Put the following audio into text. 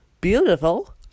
beautiful